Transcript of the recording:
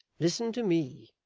listen to me.